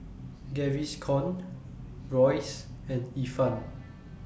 Gaviscon Royce and Ifan